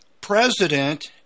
president